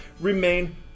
remain